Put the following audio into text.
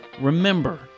Remember